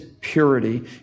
purity